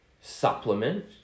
supplement